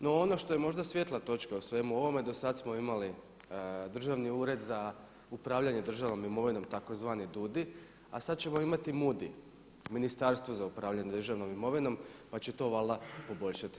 No ono što je možda svjetla točka u svemu ovome do sada smo imali Državni ured za upravljanje državnom imovinom tzv. DUUDI, a sada ćemo imati MUDI, Ministarstvo za upravljanje državnom imovinom pa će to valjda poboljšati situaciju.